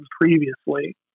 previously